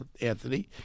Anthony